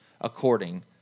according